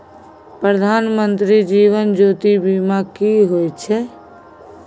प्रधानमंत्री जीवन ज्योती बीमा की होय छै?